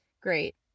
great